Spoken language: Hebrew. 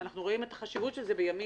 אנחנו רואים את החשיבות של זה בימים